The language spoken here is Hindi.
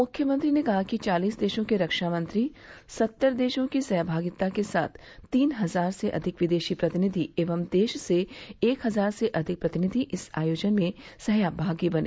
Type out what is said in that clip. मुख्यमंत्री ने कहा कि चालीस देशों के रक्षामंत्री सत्तर देशों की सहभागिता के साथ तीन हजार से अधिक विदेशी प्रतिनिधि एवं देश से एक हजार से अधिक प्रतिनिधि इस आयोजन के सहभागी बने